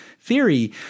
theory